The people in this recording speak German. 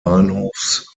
bahnhofs